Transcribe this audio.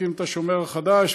שהקים את "השומר החדש",